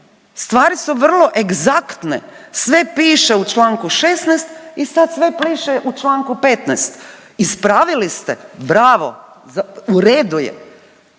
Stvari su vrlo egzaktne! Sve piše u članku 16. i sad sve piše u članku 15. Ispravili ste? Bravo! U redu je.